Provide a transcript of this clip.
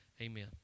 Amen